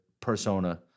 persona